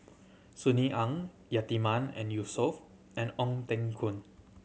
Sunny Ang Yatiman and Yausof and Ong Teng Koon